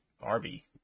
Barbie